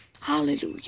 Hallelujah